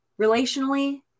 relationally